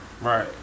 Right